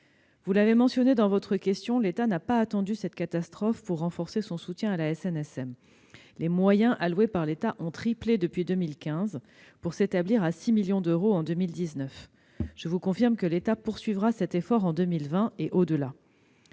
Vous l'avez mentionné dans votre question, l'État n'a pas attendu cette catastrophe pour renforcer son soutien à la SNSM : les moyens alloués par l'État ont triplé depuis 2015, pour s'établir à 6 millions d'euros en 2019. Je vous confirme que l'État poursuivra cet effort en 2020 et au-delà.